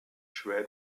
schwer